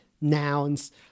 nouns